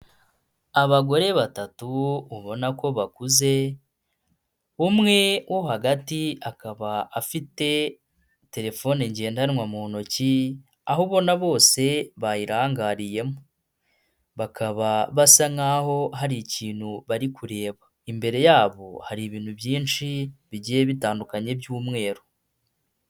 Abagore batatu ubona ko bakuze umwe wo hagati akaba afite telefone ngendanwa mu ntoki aho ubona bose bayirangariyemo bakaba basa nk'aho hari ikintu bari kureba imbere yabo hari ibintu byinshi bigiye bitandukanye by'umweru.